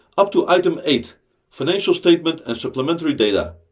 up to item eight financial statements and supplementary data.